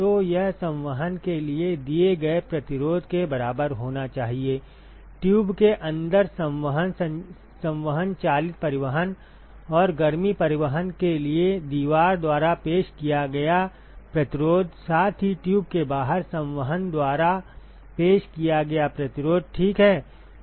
तो यह संवहन के लिए दिए गए प्रतिरोध के बराबर होना चाहिए ट्यूब के अंदर संवहन चालित परिवहन और गर्मी परिवहन के लिए दीवार द्वारा पेश किया गया प्रतिरोध साथ ही ट्यूब के बाहर संवहन द्वारा पेश किया गया प्रतिरोध ठीक है